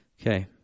okay